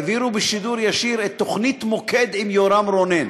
העבירו בשידור ישיר את תוכנית "מוקד" עם יורם רונן.